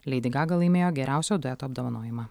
lady gaga laimėjo geriausio dueto apdovanojimą